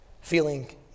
feeling